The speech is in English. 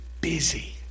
Busy